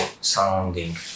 sounding